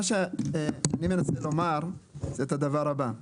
אני רוצה לומר את הדבר הבא: